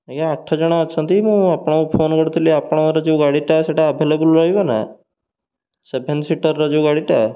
ଆଜ୍ଞା ଆଠ ଜଣ ଅଛନ୍ତି ମୁଁ ଆପଣଙ୍କୁ ଫୋନ କରିଥିଲି ଆପଣଙ୍କର ଯେଉଁ ଗାଡ଼ିଟା ସେଇଟା ଆଭେଲେବୁଲ୍ ରହିବ ନା ସେଭେନ୍ ସିଟର୍ର ଯେଉଁ ଗାଡ଼ିଟା